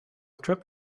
trip